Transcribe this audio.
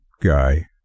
guy